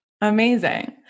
Amazing